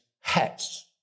hats